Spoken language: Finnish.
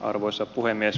arvoisa puhemies